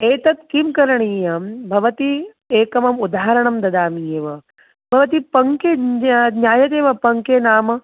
एतत् किं करणीयं भवति एकम् उदाहरणं ददामि एव भवती पङ्के ज्ञा ज्ञायते वा पङ्के नाम